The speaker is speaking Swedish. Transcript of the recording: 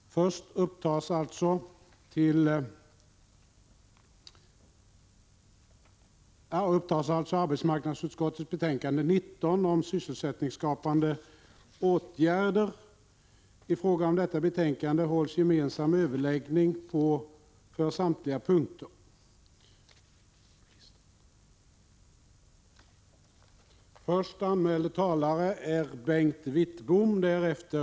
Först upptas alltså arbetsmarknadsutskottets betänkande 19 om sysselsättningsskapande åtgärder. I fråga om detta betänkande hålls gemensam överläggning för samtliga punkter.